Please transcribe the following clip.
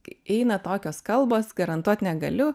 eina tokios kalbos garantuot negaliu